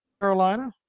Carolina